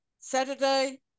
Saturday